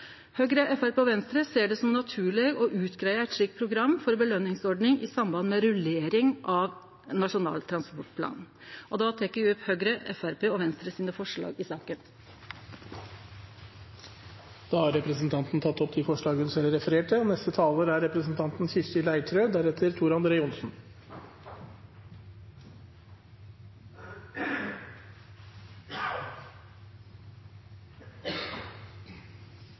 Høgre, Framstegspartiet og Venstre ser det som naturleg å utgreie eit slikt program for påskjøningsordning i samband med rullering av Nasjonal transportplan. Eg tek opp Høgre, Framstegspartiet og Venstre sine forslag i saka. Representanten Solveig Sundbø Abrahamsen har tatt opp de forslagene hun refererte til. Jeg takker Senterpartiet for representantforslaget. De aller fleste av våre bedrifter ligger ved en fylkesvei, og i disse dager er